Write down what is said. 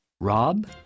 rob